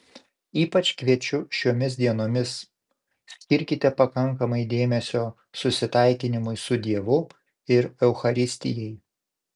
ypač kviečiu šiomis dienomis skirkite pakankamai dėmesio susitaikinimui su dievu ir eucharistijai